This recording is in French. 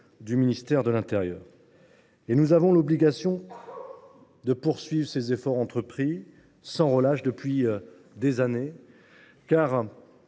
du ministère de l’intérieur. Nous avons l’obligation de poursuivre les efforts entrepris sans relâche depuis plusieurs années.